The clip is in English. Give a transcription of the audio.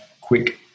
quick